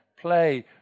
play